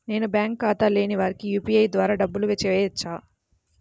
నేను బ్యాంక్ ఖాతా లేని వారికి యూ.పీ.ఐ ద్వారా డబ్బులు వేయచ్చా?